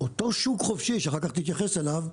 אותו שוק חופשי, שאחר כך תתייחס אליו,